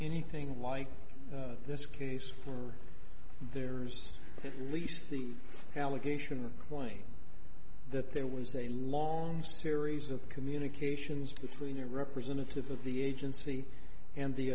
anything like this case there's at least the allegation claim that there was a long series of communications between a representative of the agency and the